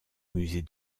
musée